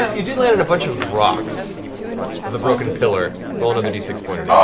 you did land in a bunch of rocks of the broken pillar. roll another d six points ah